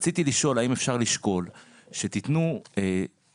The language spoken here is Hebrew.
רציתי לשאול האם אפשר לשקול שתיתנו אפשרות,